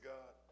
God